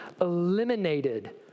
eliminated